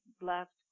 left